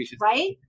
Right